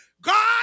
God